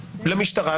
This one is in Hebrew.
למשטרה,